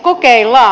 kokeillaan